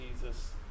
Jesus